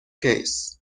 case